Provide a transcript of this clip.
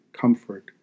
comfort